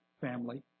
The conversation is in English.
family